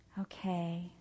Okay